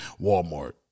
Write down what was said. Walmart